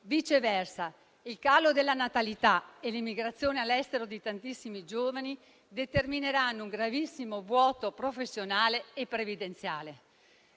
Viceversa, il calo della natalità e l'emigrazione all'estero di tantissimi giovani determineranno un gravissimo vuoto professionale e previdenziale.